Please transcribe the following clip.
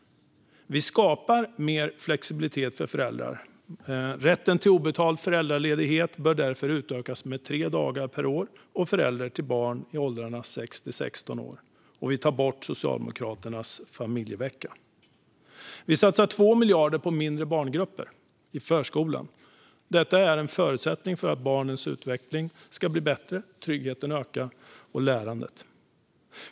Vi skapar mer flexibilitet för föräldrar. Rätten till obetald föräldraledighet bör därför utökas med tre dagar per år och förälder till barn i åldrarna 6-16 år, och vi tar bort Socialdemokraternas familjevecka. Vi satsar 2 miljarder på mindre barngrupper i förskolan. Detta är en förutsättning för att barnens utveckling ska bli bättre och tryggheten och lärande ska öka.